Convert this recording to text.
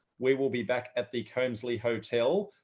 we will be back at the helmsley hotel,